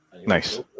Nice